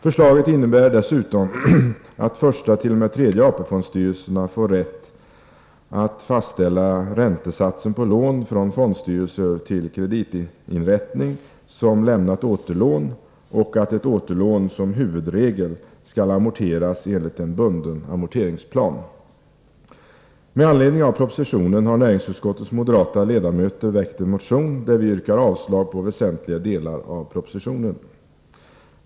Förslaget innebär dessutom att första-tredje AP-fondstyrelserna får rätt att fastställa räntesatsen på lån från fondstyrelser till kreditinrättning som lämnat återlån och att ett återlån som huvudregel skall amorteras enligt en bunden amorteringsplan. Med anledning av propositionen har näringsutskottets moderata ledamöter väckt en motion, där vi yrkar avslag på väsentliga delar av propositionen.